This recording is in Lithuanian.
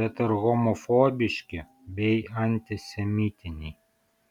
bet ir homofobiški bei antisemitiniai